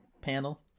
panel